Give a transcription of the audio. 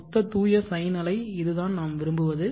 மொத்த தூய சைன் அலை இதுதான் நாம் விரும்புவது